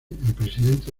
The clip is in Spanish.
presidente